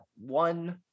one